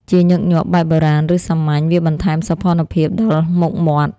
ជាញឹកញាប់បែបបុរាណ ឬសាមញ្ញ វាបន្ថែមសោភ័ណភាពដល់មុខមាត់។